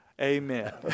Amen